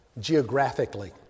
geographically